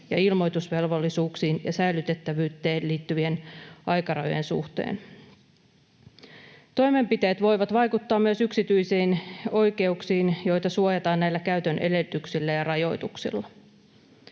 ilmoitusvelvollisuuksiin ja säilytettävyyteen liittyvien aikarajojen suhteen. Toimenpiteet voivat vaikuttaa myös yksityisiin oikeuksiin, joita suojataan näillä käytön edellytyksillä ja rajoituksilla.